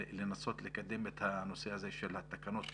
לנסות לקדם את הנושא הזה של תקנות הפיגומים.